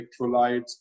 electrolytes